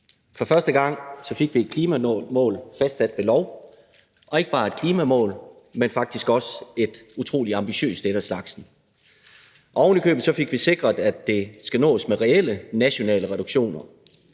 For første gang fik vi et klimamål fastsat ved lov, og ikke bare et klimamål, men faktisk også et utrolig ambitiøst et af slagsen. Ovenikøbet fik vi sikret, at det skal nås med reelle nationale reduktioner.